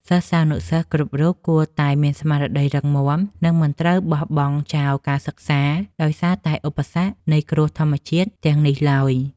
សិស្សានុសិស្សគ្រប់រូបគួរតែមានស្មារតីរឹងមាំ និង មិនត្រូវបោះបង់ចោលការសិក្សាដោយសារតែឧបសគ្គនៃគ្រោះធម្មជាតិទាំងនេះឡើយ។